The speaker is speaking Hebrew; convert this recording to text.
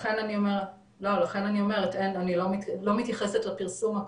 לכן אני אומרת שאני לא מתייחסת לפרסום הקונקרטי,